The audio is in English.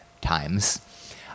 times